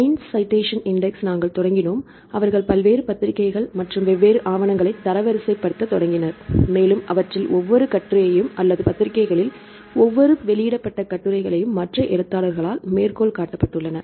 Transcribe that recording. science citation index நாங்கள் தொடங்கினோம் அவர்கள் வெவ்வேறு பத்திரிகைகள் மற்றும் வெவ்வேறு ஆவணங்களை தரவரிசைப்படுத்தத் தொடங்கினர் மேலும் அவற்றில் ஒவ்வொரு கட்டுரையும் அல்லது பத்திரிகைகளில் ஒவ்வொரு பொது வெளியிடப்பட்ட கட்டுரைகளும் மற்ற எழுத்தாளர்களால் மேற்கோள் காட்டப்பட்டுள்ளன